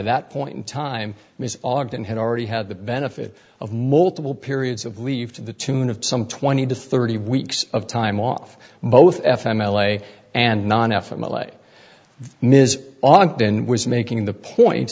that point in time ogden had already had the benefit of multiple periods of leave to the tune of some twenty to thirty weeks of time off both f m l a and non f m l a ms ogden was making the point